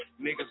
Niggas